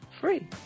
free